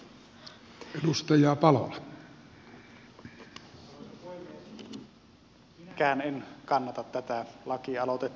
minäkään en kannata tätä lakialoitetta